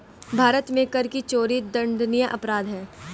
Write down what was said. भारत में कर की चोरी दंडनीय अपराध है